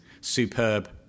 Superb